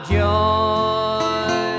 joy